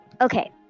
okay